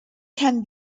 can